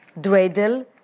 Dreidel